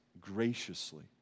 graciously